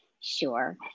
Sure